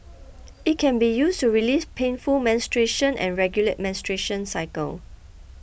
it can be used to release painful menstruation and regulate menstruation cycle